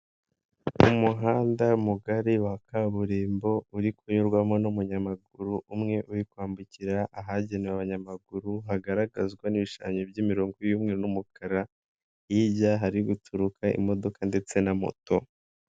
Mu muhanda mugari wa kaburimbo uri kunyurwamo n'umunyamaguru umwe uri kwambukira ahagenewe abanyamaguru hagaragazwa n'ibishanyo by'imirongo y'umweru n'umukara, hirya hari guturuka imodoka ndetse na moto.